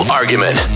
argument